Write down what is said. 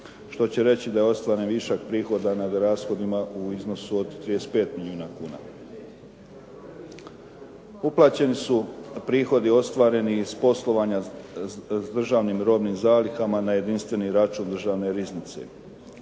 što će reći da je ostvaren višak prihoda nad rashodima u iznosu od 35 milijuna kuna. Uplaćeni su prihodi ostvareni iz poslovanja s državnim robnim zalihama na jedinstveni račun Državne riznice.